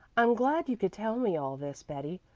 i'm glad you could tell me all this, betty.